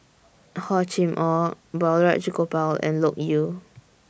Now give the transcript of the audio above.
Hor Chim Or Balraj Gopal and Loke Yew